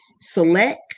Select